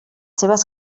seves